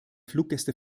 fluggäste